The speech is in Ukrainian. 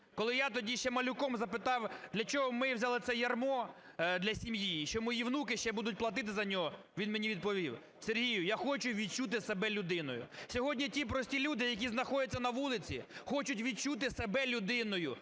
Коли я тоді ще малюком запитав, для чого ми взяли це ярмо для сім'ї і ще мої онуки будуть платити за нього, він мені відповів: "Сергію, я хочу відчути себе людиною". Сьогодні ті прості люди, які знаходяться на вулиці, хочуть відчути себе людиною,